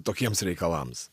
tokiems reikalams